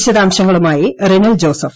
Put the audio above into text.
വിശദാംശങ്ങളുമായി റിനൽ ജോസഫ്